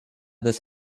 this